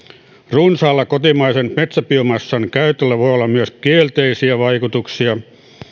runsaalla kotimaisen metsäbiomassan käytöllä voi olla myös kielteisiä vaikutuksia